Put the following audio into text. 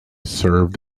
served